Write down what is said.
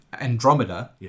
Andromeda